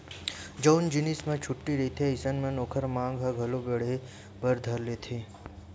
जउन जिनिस म छूट रहिथे अइसन म ओखर मांग ह घलो बड़हे बर धर लेथे